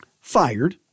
fired